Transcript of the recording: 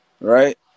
right